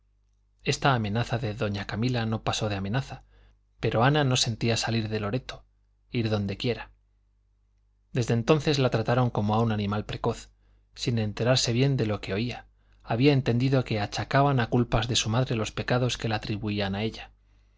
esta amenaza de doña camila no pasó de amenaza pero ana no sentía salir de loreto ir donde quiera desde entonces la trataron como a un animal precoz sin enterarse bien de lo que oía había entendido que achacaban a culpas de su madre los pecados que la atribuían a ella